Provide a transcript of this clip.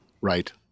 Right